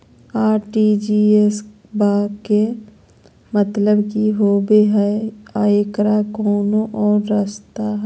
RTGS बा के मतलब कि होबे हय आ एकर कोनो और रस्ता?